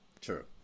True